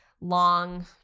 long